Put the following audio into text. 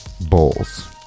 Bowls